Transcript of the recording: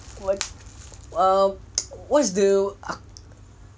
what um what's the